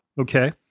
okay